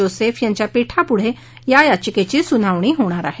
Joseph यांच्या पीठापुढं या याचिकेची सुनावणी होणार आहे